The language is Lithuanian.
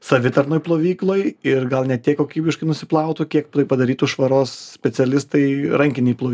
savitarnoj plovykloj ir gal ne tiek kokybiškai nusiplautų kiek tai padarytų švaros specialistai rankinėj plovykloj